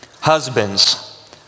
Husbands